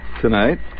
tonight